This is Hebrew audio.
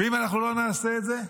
אם לא נעשה את זה,